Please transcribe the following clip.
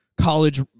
college